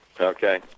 Okay